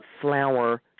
flower